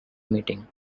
meeting